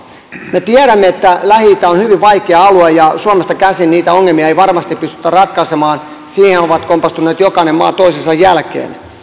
me tiedämme että lähi itä on hyvin vaikea alue ja suomesta käsin niitä ongelmia ei varmasti pystytä ratkaisemaan siihen on kompastunut jokainen maa toisensa jälkeen